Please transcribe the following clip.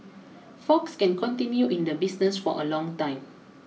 Fox can continue in the business for a long time